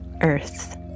Earth